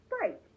Right